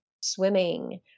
swimming